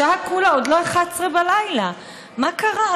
השעה כולה עוד לא 23:00. מה קרה?